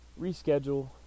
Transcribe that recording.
reschedule